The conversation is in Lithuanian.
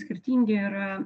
skirtingi yra